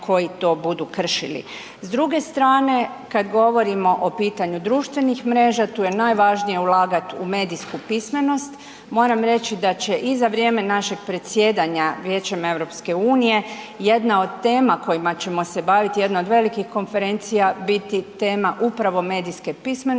S druge strane kad govorimo o pitanju društvenih mreža, tu je najvažnije ulagati u medijsku pismenost, moram reći da će i za vrijeme našeg predsjedanja Vijećem EU jedna od tema kojima ćemo se baviti, jedna od velikih konferencija biti tema upravo medijske pismenosti